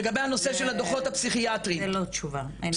לגבי הנושא של הדוחות הפסיכיאטריים -- זה לא תשובה,